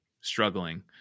struggling